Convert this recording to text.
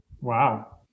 wow